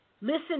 Listen